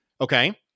okay